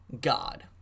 God